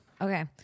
Okay